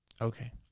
Okay